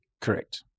Correct